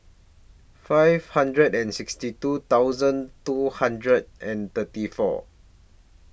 five hundred and sixty two thousand two hundred and thirty four